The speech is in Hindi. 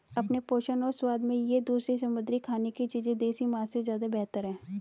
अपने पोषण और स्वाद में ये दूसरी समुद्री खाने की चीजें देसी मांस से ज्यादा बेहतर है